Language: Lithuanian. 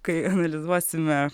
kai analizuosime